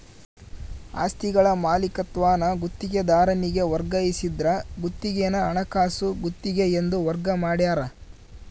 ಆಸ್ತಿಗಳ ಮಾಲೀಕತ್ವಾನ ಗುತ್ತಿಗೆದಾರನಿಗೆ ವರ್ಗಾಯಿಸಿದ್ರ ಗುತ್ತಿಗೆನ ಹಣಕಾಸು ಗುತ್ತಿಗೆ ಎಂದು ವರ್ಗ ಮಾಡ್ಯಾರ